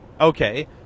Okay